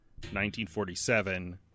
1947